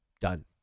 Done